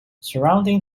surrounding